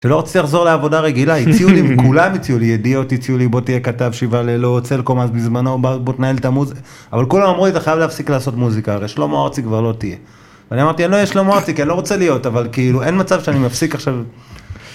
לא רוצה לחזור לעבודה רגילה הציעו לי וכולם הציעו לי ידיעות הציעו לי בוא תהיה כתב שעה לילות. סלקום אז בזמנו בוא תנהל את המוזיקה אבל כולם אמרו לי אתה חייב להפסיק לעשות מוזיקה הרי שלמה ארצי כבר לא תהיה. אני אמרתי אני לא אהיה שלמה ארצי כי אני לא רוצה להיות אבל כאילו אין מצב שאני מפסיק עכשיו.